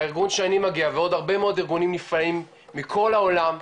הארגון שאני מגיע ממנו ועוד הרבה מאוד ארגונים נפלאים מכל העולם,